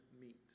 meet